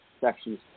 sections